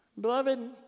Beloved